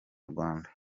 rwanda